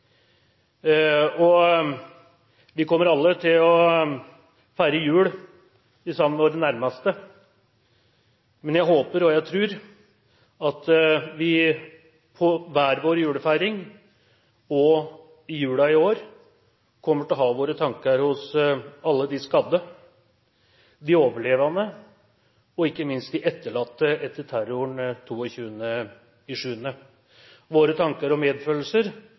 juleferie. Vi kommer alle til å feire jul sammen med våre nærmeste, men jeg håper og tror at vi i hver vår julefeiring i jula i år kommer til å ha våre tanker hos alle de skadde, de overlevende og ikke minst de etterlatte etter terroren 22. juli. Våre tanker og